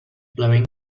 blowing